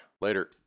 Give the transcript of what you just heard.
later